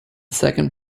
second